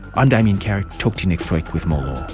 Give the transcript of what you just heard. i'm damien carrick, talk to you next week with more